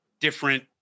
different